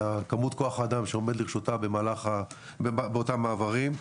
הכמות כוח האדם שעומד לרשותה באותם מעברים,